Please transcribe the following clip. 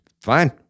fine